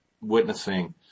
witnessing